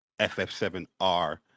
FF7R